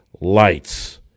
lights